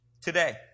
Today